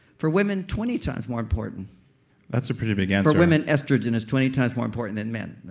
for women, twenty times more important that's a pretty big yeah for women, estrogen is twenty times more important than men